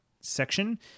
section